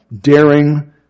daring